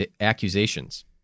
accusations